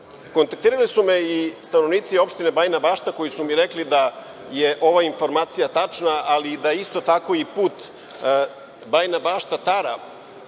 građana. Kontaktirali su me i stanovnici opštine Bajina Bašta koji su mi rekli da je ova informacija tačna, ali da je isto tako put Bajina Bašta-Tara